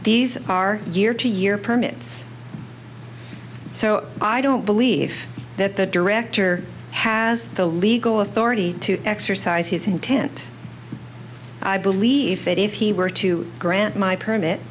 these are year to year permits so i don't believe that the director has the legal authority to exercise his intent i believe that if he were to grant my permit